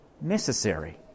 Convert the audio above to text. necessary